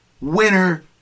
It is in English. Winner